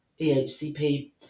EHCP